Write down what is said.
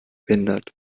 behindert